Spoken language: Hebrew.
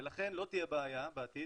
ולכן לא תהיה בעיה בעתיד,